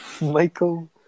Michael